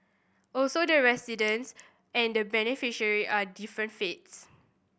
also the residents and beneficiary are different faiths